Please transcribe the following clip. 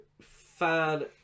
fan